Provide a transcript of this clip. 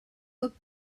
looked